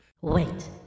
Wait